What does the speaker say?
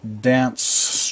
dance